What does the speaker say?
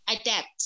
adapt